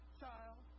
child